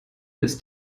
ist